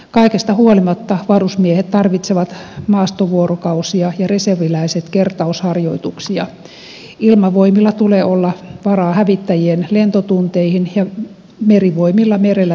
kaikesta huolimatta varusmiehet tarvitsevat maastovuorokausia ja reserviläiset kertausharjoituksia ilmavoimilla tulee olla varaa hävittäjien lentotunteihin ja merivoimilla merellä vietettyihin vuorokausiin